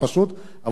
אבל, בכל מקרה,